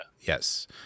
Yes